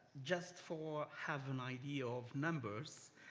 just for have an idea of members,